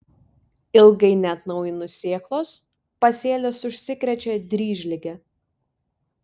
ilgai neatnaujinus sėklos pasėlis užsikrečia dryžlige